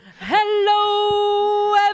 Hello